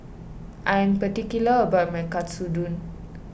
I am particular about my Katsudon